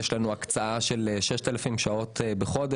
יש לנו הקצאה של 6,000 שעות בחודש.